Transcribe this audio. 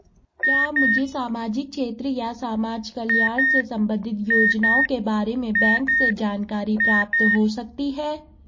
क्या मुझे सामाजिक क्षेत्र या समाजकल्याण से संबंधित योजनाओं के बारे में बैंक से जानकारी प्राप्त हो सकती है?